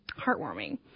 heartwarming